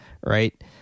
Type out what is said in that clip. right